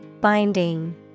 Binding